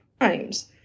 times